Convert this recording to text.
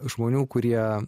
žmonių kurie